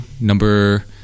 number